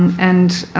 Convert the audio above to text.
and,